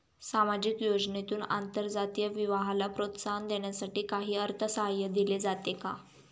सामाजिक योजनेतून आंतरजातीय विवाहाला प्रोत्साहन देण्यासाठी काही अर्थसहाय्य दिले जाते का?